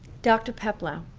dr. peplau,